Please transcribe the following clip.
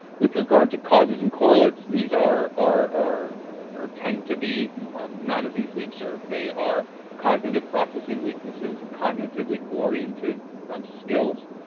with regard to causes and correlates, these are our or tend to be not as easily observed. they are cognitive processing weaknesses, cognitively-oriented um skills.